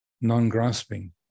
non-grasping